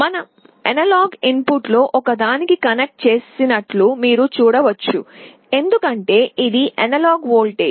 మనం అనలాగ్ ఇన్పుట్ల లో ఒకదానికి కనెక్ట్ చేసినట్లు మీరు చూస్తారు ఎందుకంటే ఇది అనలాగ్ వోల్టేజ్